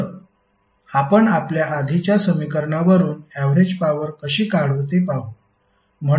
तर आपण आपल्या आधीच्या समीकरणावरून ऍवरेज पॉवर कशी काढू ते पाहू